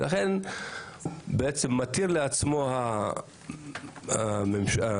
ולכן מתיר לעצמו הממסד,